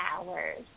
hours